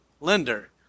lender